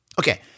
Okay